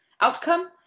outcome